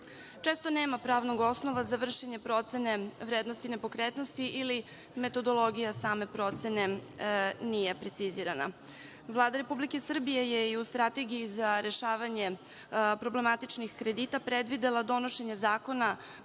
često nema pravnog osnova za vršenje procene vrednosti nepokretnosti ili metodologija same procene nije precizirana. Vlada RS je i u strategiji za rešavanje problematičnih kredita, predvidela donošenje zakona